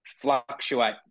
fluctuate